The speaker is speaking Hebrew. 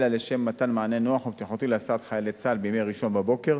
אלא לשם מתן מענה נוח ובטיחותי להסעת חיילי צה"ל בימי ראשון בבוקר,